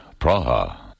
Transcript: Praha